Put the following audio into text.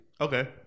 okay